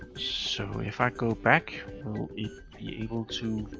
so if i go back will it be able to?